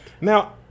Now